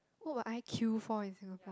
what will I queue for in Singapore